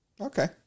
Okay